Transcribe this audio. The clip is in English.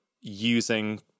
using